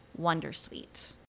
Wondersuite